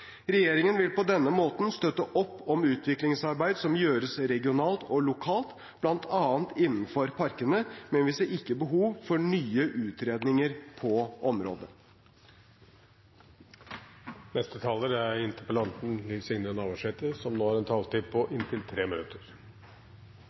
Regjeringen vil på denne måten støtte opp om utviklingsarbeid som gjøres regionalt og lokalt, bl.a. innenfor parkene, men vi ser ikke behov for nye utredninger på området. Det var eit skuffande svar frå statsråden. Eg trur det er mange rundt om i landet som